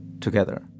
together